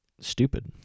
stupid